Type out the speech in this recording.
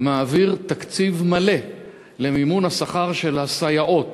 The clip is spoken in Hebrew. מעביר תקציב מלא למימון השכר של הסייעות